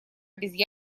без